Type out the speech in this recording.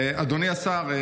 אדוני השר,